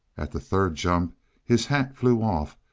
at the third jump his hat flew off,